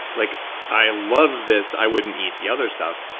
like i love this, i wouldn't eat the other stuff.